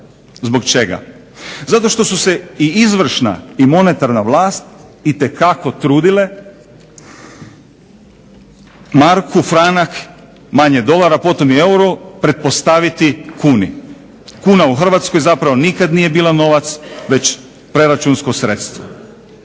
Zbog čega? Zato što su se i izvršna i monetarna vlast itekako trudile marku, franak, manje dolar a potom i euro pretpostaviti kuni. Kuna u Hrvatskoj zapravo nikad nije bila novac već preračunsko sredstvo.